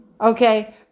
Okay